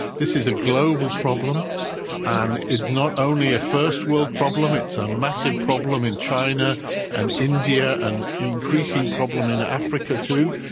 this is a global problem and it's not only a first world problem, it's a massive problem in china and india and an increasing problem in africa too.